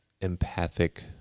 empathic